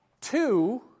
two